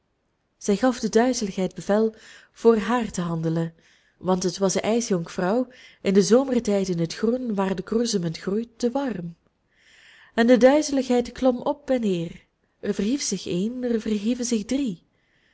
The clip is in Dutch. zij gaf de duizeligheid bevel voor haar te handelen want het was de ijsjonkvrouw in den zomertijd in het groen waar de kroezemunt groeit te warm en de duizeligheid klom op en neer er verhief zich een er verhieven zich drie